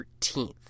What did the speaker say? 13th